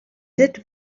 died